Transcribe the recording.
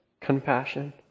compassion